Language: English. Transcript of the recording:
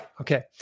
okay